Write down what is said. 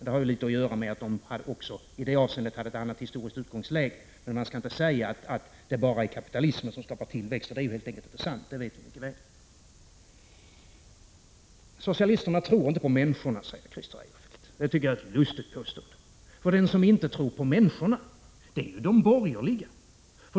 Det har ju litet att göra med att de också i det avseendet hade ett annat historiskt utgångsläge. Men man skall inte säga att det bara är kapitalismen som skapar tillväxt, för det är helt enkelt inte sant; det vet vi mycket väl. Socialisterna tror inte på människorna, säger Christer Eirefelt. Det tycker jag är ett lustigt påstående, för de som inte tror på människorna är ju de borgerliga.